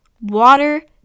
water